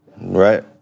Right